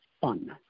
fun